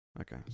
Okay